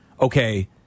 okay